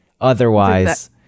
otherwise